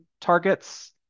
targets